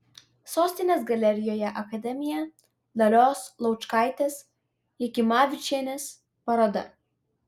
sostinės galerijoje akademija dalios laučkaitės jakimavičienės paroda